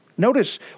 Notice